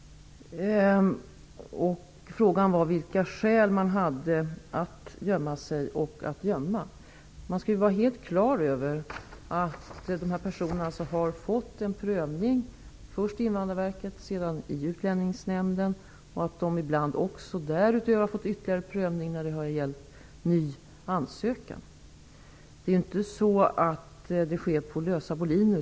Frågan var vilka skäl flyktingar har att gömma sig och vilka skäl att gömma flyktingar som finns. Man skall vara helt klar över att dessa personer har fått en prövning, först i Invandrarverket och sedan i Utlänningsnämnden, och att de ibland därutöver också har fått ytterligare prövning när det har gällt ny ansökan. Besluten fattas inte på lösa boliner.